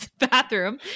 bathroom